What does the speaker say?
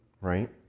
right